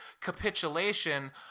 capitulation